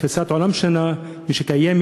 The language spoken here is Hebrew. תפיסת עולם שונה שקיימת,